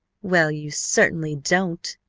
well, you certainly don't,